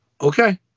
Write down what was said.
okay